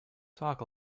talk